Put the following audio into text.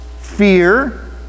Fear